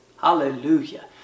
Hallelujah